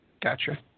Gotcha